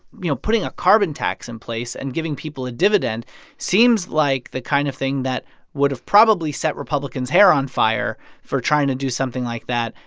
you know, putting a carbon tax in place and giving people a dividend seems like the kind of thing that would have probably set republicans' hair on fire for trying to do something like that,